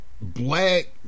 black